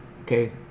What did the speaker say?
Okay